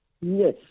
Yes